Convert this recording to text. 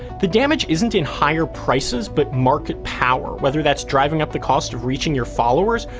the damage isn't in higher prices, but market power. whether that's driving up the cost of reaching your followers,